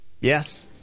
Yes